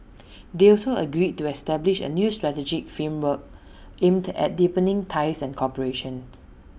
they also agreed to establish A new strategic framework aimed at deepening ties and cooperation